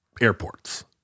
airports